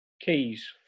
keys